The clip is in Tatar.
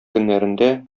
көннәрендә